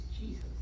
Jesus